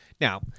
Now